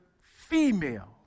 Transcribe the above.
female